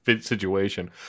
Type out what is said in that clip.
situation